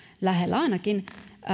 lähellä ainakin